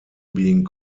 being